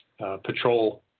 patrol